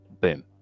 boom